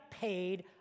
paid